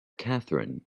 catherine